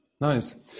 Nice